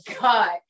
god